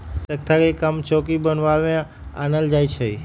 तकख्ता के काम चौकि बनाबे में आनल जाइ छइ